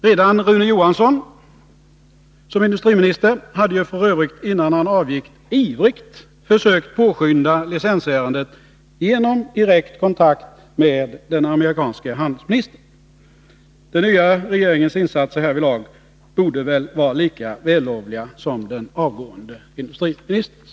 Redan Rune Johansson hade ju f. ö. innan han avgick som industriminister ivrigt försökt påskynda licensärendet genom direkt kontakt med den amerikanske handelsministern. Den nya regeringens insatser härvidlag borde väl vara lika vällovliga som den — Datasaab-Tercasavgående industriministerns.